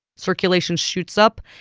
circulation shoots up,